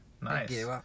Nice